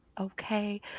okay